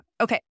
okay